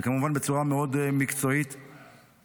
וכמובן בצורה מקצועית מאוד,